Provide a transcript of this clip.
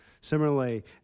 Similarly